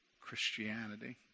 Christianity